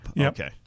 Okay